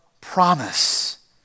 promise